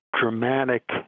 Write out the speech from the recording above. dramatic